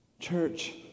Church